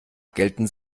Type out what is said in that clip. gelten